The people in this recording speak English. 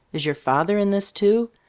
is your father in this, too?